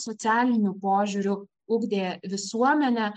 socialiniu požiūriu ugdė visuomenę